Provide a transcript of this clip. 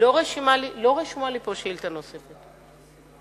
לא רשומה לי פה שאילתא נוספת,